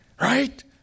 right